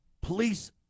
police